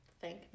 thank